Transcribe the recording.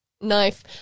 Knife